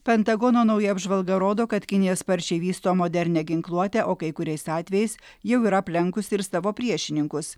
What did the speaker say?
pentagono nauja apžvalga rodo kad kinija sparčiai vysto modernią ginkluotę o kai kuriais atvejais jau yra aplenkus ir savo priešininkus